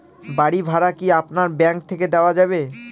বাড়ী ভাড়া কি আপনার ব্যাঙ্ক থেকে দেওয়া যাবে?